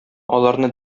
аларны